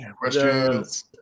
Questions